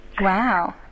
Wow